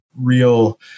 real